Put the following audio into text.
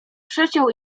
przeciął